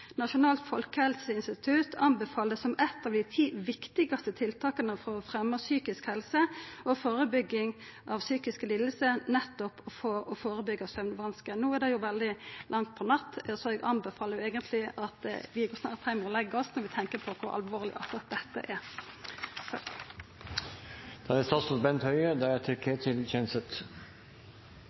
Nasjonalt folkehelseinstitutt anbefaler som eitt av dei ti viktigaset tiltaka for å fremja psykisk helse og førebygging av psykiske lidingar, nettopp å førebyggja søvnvanskar. No er det veldig langt på natt, så eg anbefaler eigentleg at vi snart går heim og legg oss – når vi tenkjer på kor alvorleg akkurat dette er. Ja, det er